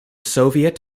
soviet